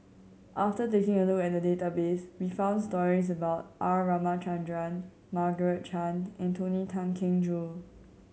after taking a look at the database we found stories about R Ramachandran Margaret Chan and Tony Tan Keng Joo